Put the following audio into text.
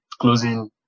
closing